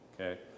Okay